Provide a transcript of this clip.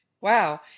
Wow